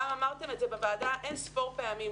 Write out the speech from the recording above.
רם, אמרתם את זה בוועדה אין ספור פעמים.